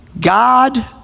God